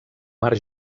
mar